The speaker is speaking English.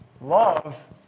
Love